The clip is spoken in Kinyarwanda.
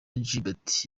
gilbert